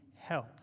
help